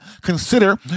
consider